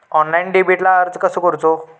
Online डेबिटला अर्ज कसो करूचो?